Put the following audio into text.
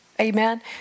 Amen